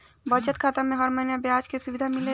बचत खाता में हर महिना ब्याज के सुविधा मिलेला का?